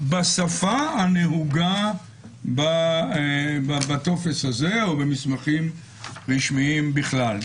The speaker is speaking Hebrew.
בשפה הנהוגה בטופס הזה או במסמכים רשמיים בכלל.